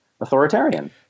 authoritarian